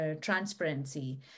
transparency